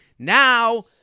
Now